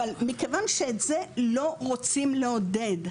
אבל מכיוון שאת זה לא רוצים לעודד,